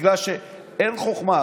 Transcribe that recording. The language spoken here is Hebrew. אין חוכמה,